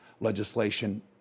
legislation